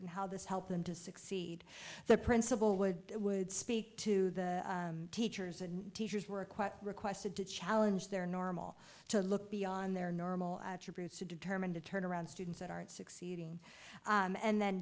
and how this helped them to succeed the principal would it would speak to the teachers and teachers were quite requested to challenge their normal to look beyond their normal attributes to determine to turn around students that aren't succeeding and then